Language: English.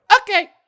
Okay